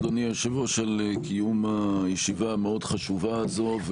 אדוני היושב-ראש על קיום הישיבה המאוד חשובה הזאת,